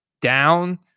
down